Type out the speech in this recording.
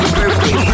birthday